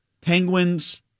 Penguins